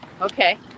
Okay